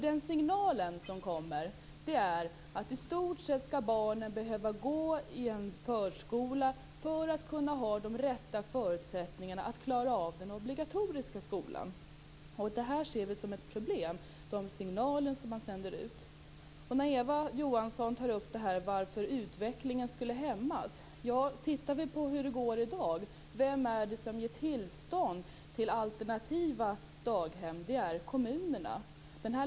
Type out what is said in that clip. Den signal som ges innebär nämligen att i stort sett skall barnen behöva gå i en förskola för att kunna ha de rätta förutsättningarna för att klara av den obligatoriska skolan. Den här signalen ser vi moderater som ett problem. Eva Johansson tar upp frågan om varför utvecklingen skulle hämmas. Vi kan titta på hur det går i dag, och vem det är som ger tillstånd till alternativa daghem. Det är kommunerna.